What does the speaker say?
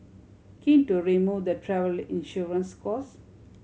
keen to remove the travelly insurance costs